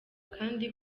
kandi